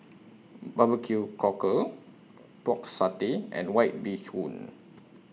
Barbecue Cockle Pork Satay and White Bee Hoon